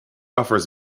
offers